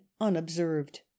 unobserved